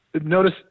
notice